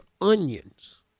onions